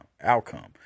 outcome